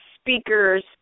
speakers